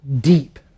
deep